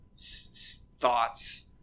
thoughts